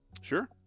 Sure